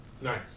Nice